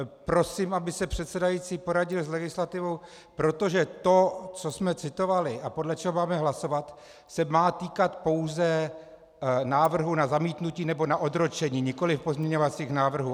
Prosím, aby se předsedající poradil s legislativou, protože to, co jsme citovali a podle čeho máme hlasovat, se má týkat pouze návrhu na zamítnutí nebo na odročení, nikoliv pozměňovacích návrhů.